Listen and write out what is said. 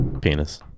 penis